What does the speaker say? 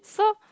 so